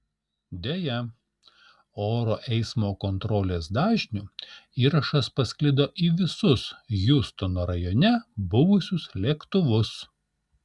deja oro eismo kontrolės dažniu įrašas pasklido į visus hjustono rajone buvusius lėktuvus